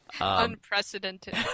Unprecedented